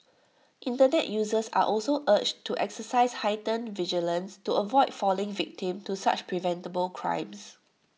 Internet users are also urged to exercise heightened vigilance to avoid falling victim to such preventable crimes